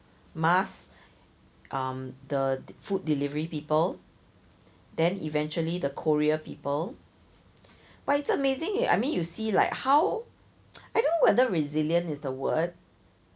mask um the food delivery people then eventually the courier people but it's amazing eh I mean you see like how I don't know whether resilient is the word